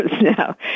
now